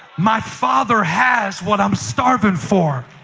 my father has what i'm starving for.